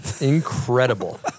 Incredible